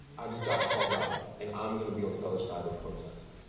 i just got called up and i'm going to be on the other side of the protest.